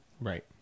right